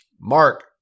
Mark